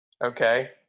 Okay